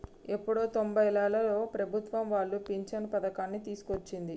ఎప్పుడో తొంబైలలో ప్రభుత్వం వాళ్లు పించను పథకాన్ని తీసుకొచ్చింది